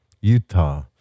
Utah